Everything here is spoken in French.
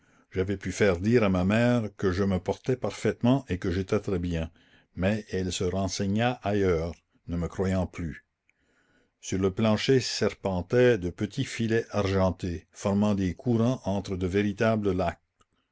j'avais pu faire dire à ma mère que je me portais parfaitement et que j'étais très bien mais elle se renseigna ailleurs ne me croyant plus sur le plancher serpentaient de petits filets argentés formant des courants entre de véritables lacs